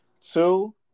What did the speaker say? Two